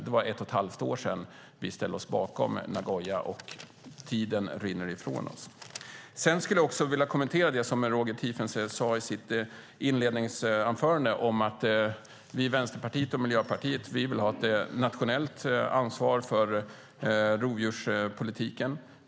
Det var ett och ett halvt år sedan vi ställde oss bakom överenskommelsen i Nagoya, och tiden rinner ifrån oss. Jag vill också kommentera det som Roger Tiefensee sade i sitt inledningsanförande om att vi i Vänsterpartiet och Miljöpartiet vill ha ett nationellt ansvar för rovdjurspolitiken.